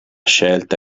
scelta